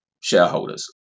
shareholders